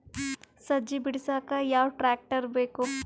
ಸಜ್ಜಿ ಬಿಡಸಕ ಯಾವ್ ಟ್ರ್ಯಾಕ್ಟರ್ ಬೇಕು?